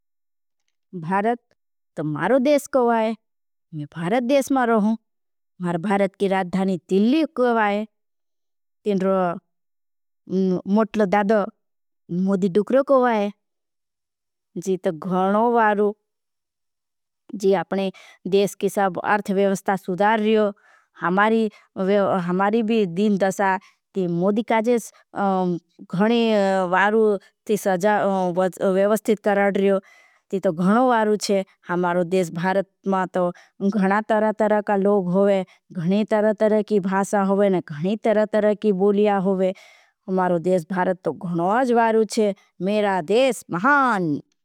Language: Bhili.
भारत तो मारो देश कोई है मैं भारत देश मारो हूँ मार। भारत की राज्धानी तिल्ली कोई है तीनरो मोटलो दादो। मोधी दुखरो कोई है जी तो गणो वारू जी आपने देश की। सब आर्थ वेवस्ता सुदार रियो हमारी भी दिन दसा ती। मोधी काजेस गणो वारू ती सजा वेवस्तित कराड रियो। ती तो गणो वारू छे हमारो देश भारत मां तो गणा तरा। तरा का लोग होगे गणी तरा तरा की भासा होगे हमारो। देश भारत तो गणो आज वारू छे मेरा देश महान।